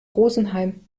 rosenheim